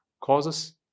causes